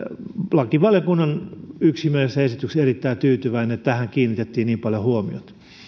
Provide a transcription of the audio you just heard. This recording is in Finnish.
lakivaliokunnan yksimieliseen esitykseen erittäin tyytyväinen että tähän kiinnitettiin niin paljon huomiota